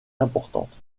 importante